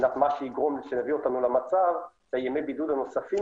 מבחינת מה שיביא אותנו למצב שימי הבידוד הנוספים